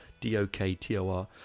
D-O-K-T-O-R